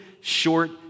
short